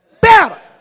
better